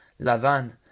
Lavan